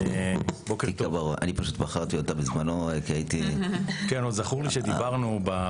אני בחרתי אותה בזמנו כי הייתי --- אני ד"ר עופר